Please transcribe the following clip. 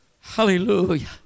Hallelujah